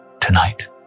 tonight